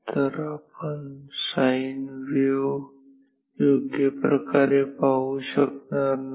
तर आपण sine wave योग्यप्रकारे पाहू शकणार नाही